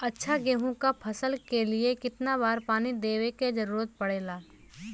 अच्छा गेहूँ क फसल के लिए कितना बार पानी देवे क जरूरत पड़ेला?